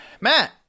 matt